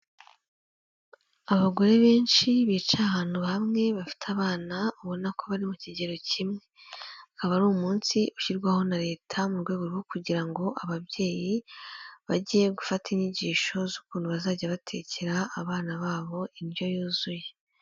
Abagore benshi bicaye ahantu bamwe bafite abana ubona ko bari mu kigero kimwe, aba ari umunsi ushyirwaho na Leta mu rwego rwo kugira ngo ababyeyi bajye gufata inyigisho z'ukuntu bazajya batekera abana babo indyo yuzuye.